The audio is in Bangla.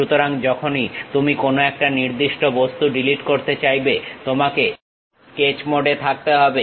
সুতরাং যখনই তুমি কোন একটা নির্দিষ্ট বস্তু ডিলিট করতে চাইবে তোমাকে স্কেচ মোডে থাকতে হবে